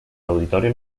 auditorio